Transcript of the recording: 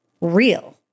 real